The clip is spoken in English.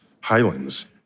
Highlands